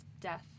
death